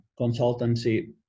consultancy